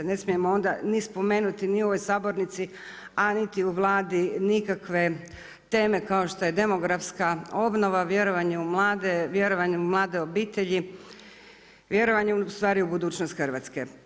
Ne smijemo onda ni spomenuti ni u ovoj sabornici, a niti u Vladi teme kao što je demografska obnova, vjerovanje u mlade, vjerovanjem u mlade obitelji, vjerovanjem ustvari u budućnost Hrvatske.